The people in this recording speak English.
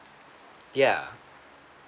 yeah